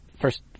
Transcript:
first